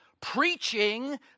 preaching